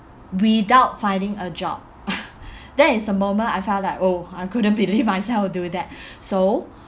without finding a job that is the moment I felt like oh I couldn't believe myself will do that so